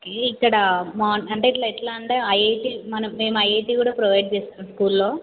okay ఇక్కడ మా అంటే ఇట్లా ఎట్లా అంటే ఐఐటీ మనం మేము ఐఐటీ కూడా ప్రొవైడ్ చేస్తాం స్కూల్లో